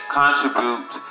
contribute